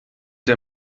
der